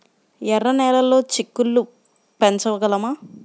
ఎర్ర నెలలో చిక్కుళ్ళు పెంచగలమా?